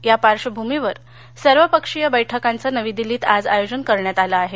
या पार्श्वभूमीवर सर्वपक्षीय बैठकांचं नवी दिल्लीत आज आयोजन करण्यात आलं आहे